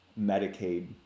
Medicaid